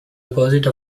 opposite